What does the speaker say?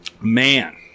man